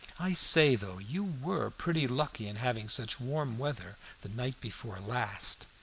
i say, though, you were pretty lucky in having such warm weather the night before last.